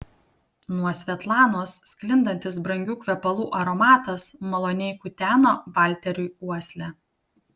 nuo svetlanos sklindantis brangių kvepalų aromatas maloniai kuteno valteriui uoslę